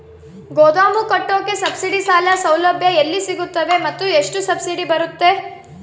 ಗೋದಾಮು ಕಟ್ಟೋಕೆ ಸಬ್ಸಿಡಿ ಸಾಲ ಸೌಲಭ್ಯ ಎಲ್ಲಿ ಸಿಗುತ್ತವೆ ಮತ್ತು ಎಷ್ಟು ಸಬ್ಸಿಡಿ ಬರುತ್ತೆ?